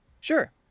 sure